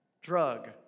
drug